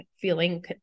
feeling